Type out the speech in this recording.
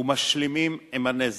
ומשלימים עם הנזק.